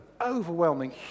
overwhelming